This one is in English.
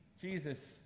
Jesus